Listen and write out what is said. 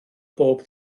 bob